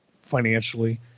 financially